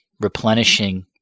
replenishing